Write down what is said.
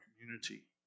community